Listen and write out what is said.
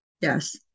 Yes